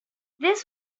this